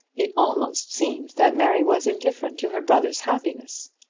it almost seemed that mary was indifferent to her brother's happiness.